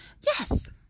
yes